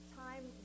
time